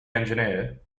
engineer